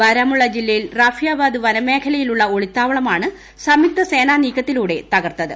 ബാരാമുള്ള ജില്ലയിൽ റാഫിയാബാദ് വനമേഖലയിലുള്ള ഒളിത്താവളമാണ് സംയുക്ത സേനാ നീക്കത്തിലൂടെ തകർത്തത്